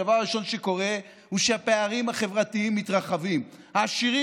הדבר הראשון שקורה הוא שהפערים החברתיים מתרחבים: העשירים